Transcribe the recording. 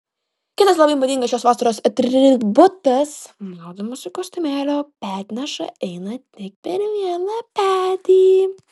kitas labai madingas šios vasaros atributas maudymosi kostiumėlio petneša eina tik per vieną petį